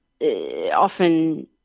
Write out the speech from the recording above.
often